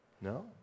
No